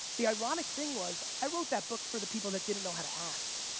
the ironic thing was, i wrote that book for the people that didn't know how to ask.